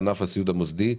לענף הסיעוד המוסדי.